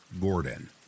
Gordon